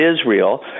Israel